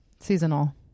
Seasonal